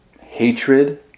hatred